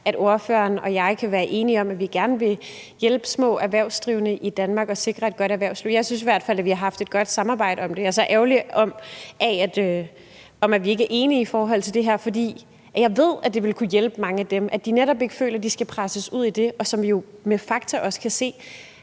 at ordføreren og jeg kan være enige om, at vi gerne vil hjælpe de små erhvervsdrivende i Danmark og sikre et godt erhvervsliv. Jeg synes i hvert fald, at vi har haft et godt samarbejde om det. Jeg er så ærgerlig over, at vi ikke er enige i forhold til det her, for jeg ved, at det vil kunne hjælpe mange af dem, at de netop ikke føler, at de skal presses ud i det, som man jo med fakta også kan se